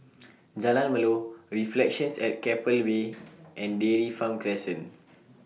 Jalan Melor Reflections At Keppel Bay and Dairy Farm Crescent